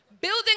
Building